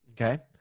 Okay